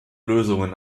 lösungen